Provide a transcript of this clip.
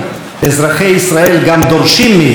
אזרחי ישראל גם דורשים מאיתנו.